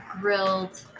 grilled